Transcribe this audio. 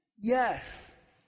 Yes